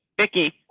becky,